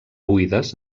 buides